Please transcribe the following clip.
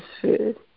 food